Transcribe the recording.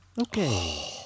Okay